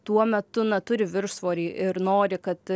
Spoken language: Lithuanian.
tuo metu na turi viršsvorį ir nori kad